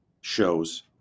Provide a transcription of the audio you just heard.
shows